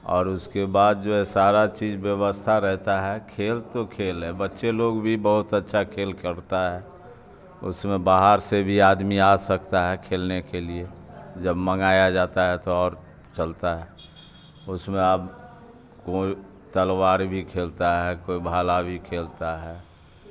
اور اس کے بعد جو ہے سارا چیز بیوستھا رہتا ہے کھیل تو کھیل ہے بچے لوگ بھی بہت اچھا کھیل کرتا ہے اس میں باہر سے بھی آدمی آ سکتا ہے کھیلنے کے لیے جب منگایا جاتا ہے تو اور چلتا ہے اس میں اب کوئی تلوار بھی کھیلتا ہے کوئی بھالا بھی کھیلتا ہے